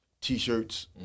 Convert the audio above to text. t-shirts